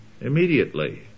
immediately